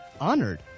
honored